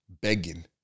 begging